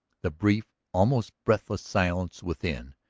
the brief, almost breathless silence within,